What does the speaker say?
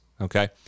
okay